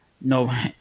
no